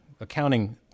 accounting